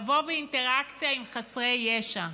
לבוא באינטראקציה עם חסרי ישע.